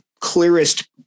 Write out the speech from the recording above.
clearest